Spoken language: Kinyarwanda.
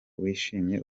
wishimiye